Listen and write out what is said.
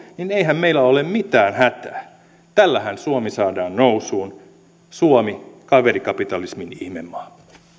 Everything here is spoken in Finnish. niin eihän meillä ole mitään hätää tällähän suomi saadaan nousuun suomi kaverikapitalismin ihmemaa